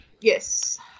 Yes